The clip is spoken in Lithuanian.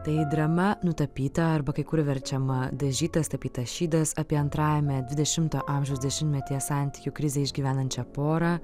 tai drama nutapyta arba kai kur verčiama dažytas tapytas šydas apie antrajame dvidešimto amžiaus dešimtmetyje santykių krizę išgyvenančią porą